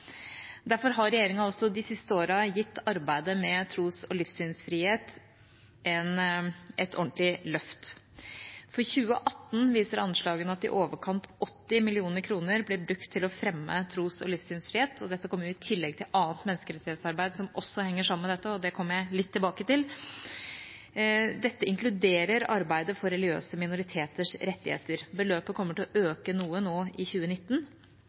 Derfor har regjeringa også de siste årene gitt arbeidet med tros- og livssynsfrihet et ordentlig løft. For 2018 viser anslagene at i overkant av 80 mill. kr ble brukt til å fremme tros- og livssynsfrihet, og det kommer i tillegg til annet menneskerettighetsarbeid som også henger sammen med dette – det kommer jeg litt tilbake til. Dette inkluderer arbeidet for religiøse minoriteters rettigheter. Beløpet kommer til å øke noe nå i 2019,